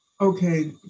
Okay